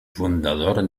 fundador